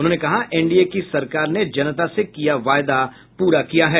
उन्होंने कहा एनडीए की सरकार ने जनता से किया वायदा पूरा किया है